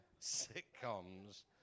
sitcoms